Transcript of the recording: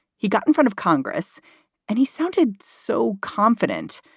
he got in front of congress and he sounded so confident.